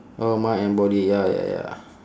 orh mind and body ya ya ya